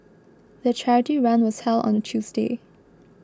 the charity run was held on a Tuesday